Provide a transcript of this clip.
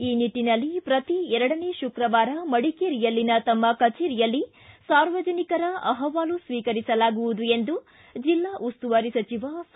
ಈ ನಿಟ್ಟನಲ್ಲಿ ಪ್ರತೀ ಎರಡನೇ ಶುಕ್ರವಾರ ಮಡಿಕೇರಿಯಲ್ಲಿನ ತಮ್ಮ ಕಛೇರಿಯಲ್ಲಿ ಸಾರ್ವಜನಿಕರ ಅಹವಾಲು ಸ್ವೀಕರಿಸಲಾಗುವುದು ಎಂದು ಜಿಲ್ಲಾ ಉಸ್ತುವಾರಿ ಸಚಿವ ಸಾ